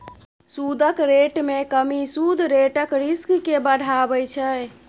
सुदक रेट मे कमी सुद रेटक रिस्क केँ बढ़ाबै छै